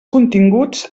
continguts